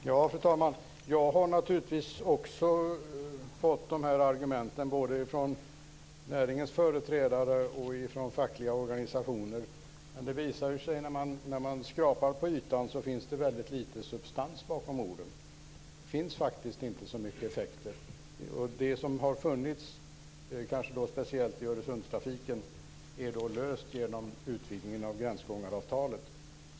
Fru talman! Jag har naturligtvis också fått de här argumenten, både från näringens företrädare och från fackliga organisationer. Men det visar sig, när man skrapar på ytan, att det finns väldigt lite substans bakom orden. Det finns faktiskt inte så mycket effekter. Det som har funnits, kanske speciellt i Öresundstrafiken, är löst genom utvidgningen av gränsgångaravtalet.